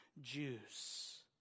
Jews